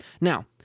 Now